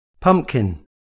Pumpkin